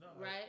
Right